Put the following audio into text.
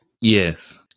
Yes